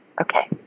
Okay